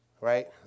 right